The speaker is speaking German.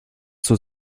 zur